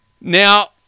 Now